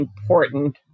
important